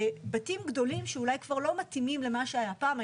בבתים גדולים שאולי כבר לא מתאימים למה שהיה פעם,